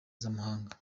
z’amahanga